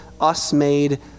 us-made